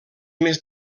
més